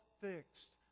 fixed